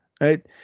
right